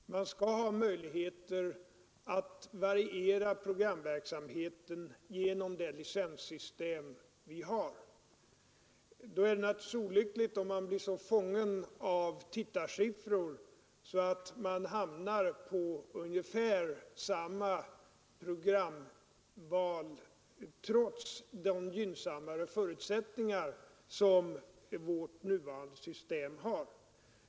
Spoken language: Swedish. Fru talman! Jag vill bara ytterligare kommentera vad herr Wikström var inne på i sitt senaste inlägg. En av avsikterna med monopolföretaget är att man icke av kommersiella skäl skall behöva i varje hänseende satsa på de stora lyssnarskarorna. Man skall ha möjligheter att variera programverksamheten genom det licenssystem vi har. Naturligtvis är det olyckligt om man blir så fången av tittarsiffror att man hamnar på ungefär samma programval trots de gynnsammare förutsättningar som vårt nuvarande system har.